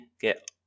get